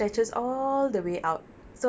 you know நடுவுலே: naduvulae there's the hibiscus stem